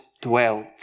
dwelt